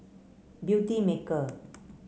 Beauty Maker